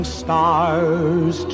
stars